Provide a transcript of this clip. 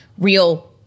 real